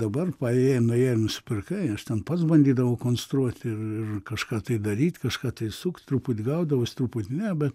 dabar paėjai nuėjai ir nusipirkai aš ten pats bandydavau konstruot ir kažką tai daryt kažką tai sukt truputį gaudavosi truputį ne bet